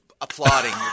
applauding